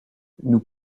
nous